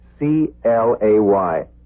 C-L-A-Y